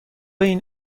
این